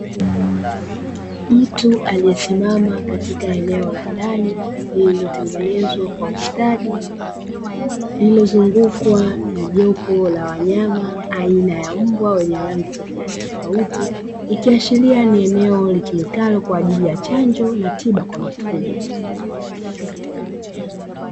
Mtu aliyesimama katika eneo la ndani, lililotengenezwa kwa ustadi, lilizungukwa na jopo la wanyama aina ya mbwa wenye rangi tofautitofauti ikiashiria ni eneo litumikalo kwajili ya chanjo na tiba kwa mifugo.